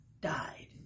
died